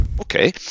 okay